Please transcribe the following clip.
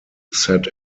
set